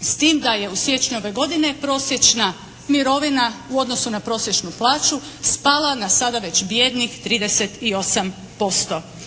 S tim da je u siječnju ove godine prosječna mirovina u odnosu na prosječnu plaću spala na već bijednih 38%,